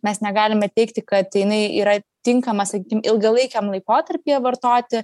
mes negalime teigti kad jinai yra tinkama sakykim ilgalaikiam laikotarpyje vartoti